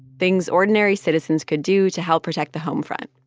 things ordinary citizens could do to help protect the home front.